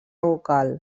vocal